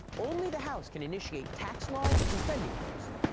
ah only the house can initiate tax laws and spending bills.